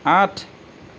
আঠ